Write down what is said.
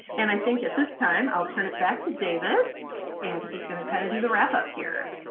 and i think at this time i'll turn it back to david and he's gonna kinda do the wrap up, here.